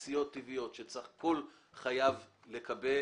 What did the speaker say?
בסמכויות הגבייה של כלל הרשויות המקומיות,